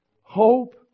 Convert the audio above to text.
hope